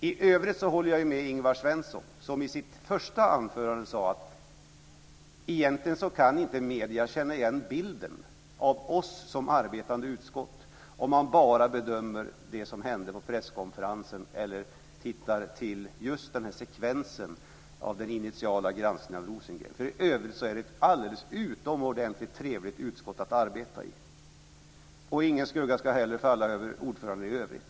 I övrigt håller jag med Ingvar Svensson som i sitt första anförande sade att medierna egentligen inte kan känna igen bilden av oss som arbetande utskott om man bara bedömer det som hände på presskonferensen eller ser till just den här sekvensen av den initiala granskningen av Rosengren. I övrigt är det nämligen ett alldeles utomordentligt trevligt utskott att arbeta i. Ingen skugga ska heller falla över ordföranden i övrigt.